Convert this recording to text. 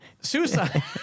Suicide